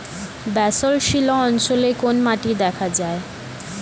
Basalt শিলা অঞ্চলে কোন মাটি দেখা যায়?